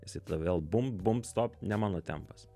jisai tada vėl bum bum stop ne mano tempas